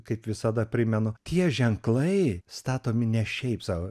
kaip visada primenu tie ženklai statomi ne šiaip sau